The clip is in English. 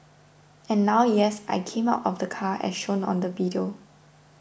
and now yes I came out of the car as shown on the video